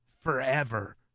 forever